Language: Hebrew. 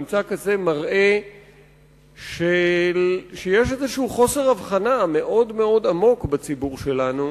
הוא מראה שיש איזשהו חוסר הבחנה מאוד עמוק בציבור שלנו,